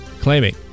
Claiming